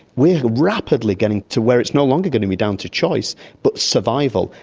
we are rapidly getting to where it's no longer going to be down to choice but survival.